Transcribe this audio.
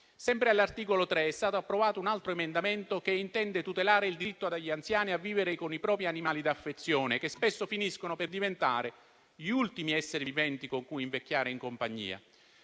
Sempre all'articolo 3 è stato approvato un altro emendamento, che intende tutelare il diritto degli anziani a vivere con i propri animali di affezione, che spesso finiscono per diventare gli ultimi esseri viventi con cui invecchiare in compagnia.